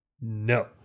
No